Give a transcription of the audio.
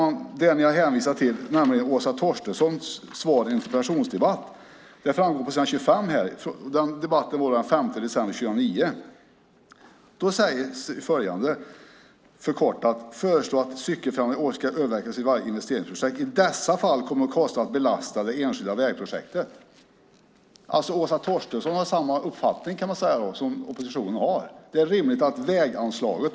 Ni har hänvisat till Åsa Torstenssons svar i en interpellationsdebatt den 15 december 2009. Åsa Torstensson säger där följande, förkortat: Det föreslås att cykelfrämjande åtgärder ska övervägas vid varje investeringsprojekt. I dessa fall kommer kostnaden att belasta det enskilda vägprojektet. Åsa Torstensson har samma uppfattning som oppositionen, kan man säga.